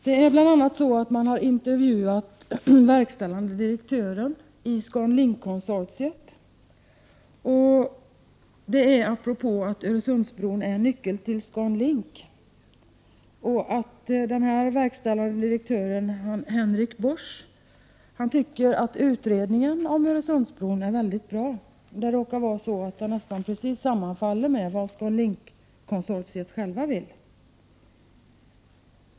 Man har bl.a. intervjuat verkställande direktören i ScanLink-konsortiet med anledning av att Öresundsbron är en nyckel till ScanLink-projektet. Den verkställande direktören, vars namn är Henrik Bosch, tycker att utredningen om Öresundsbron är mycket bra. Den råkar nästan exakt sammanfalla med vad man inom ScanLink-konsortiet vill.